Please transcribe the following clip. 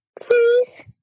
Please